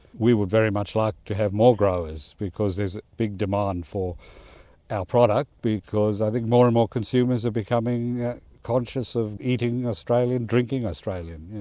we would very much like to have more growers because there is a big demand for our product because i think more and more consumers are becoming conscious of eating australian and drinking australian. yeah